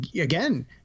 again